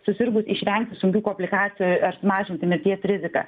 susirgus išvengti sunkių komplikacijų ar mažinti mirties riziką